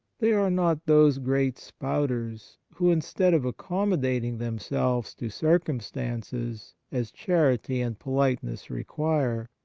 they are not those great spouters who, instead of accommodating themselves to circumstances as charity and politeness require,